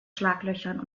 schlaglöchern